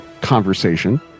conversation